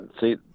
See